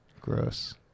Gross